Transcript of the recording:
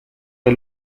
est